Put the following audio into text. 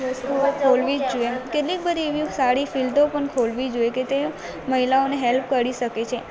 વસ્તુઓ ખોલવી જ જોઈએ કેટલીક બધી એવી સારી ફિલ્ડો પણ ખોલવી જોઈએ કે તે મહિલાઓને હેલ્પ કરી શકે છે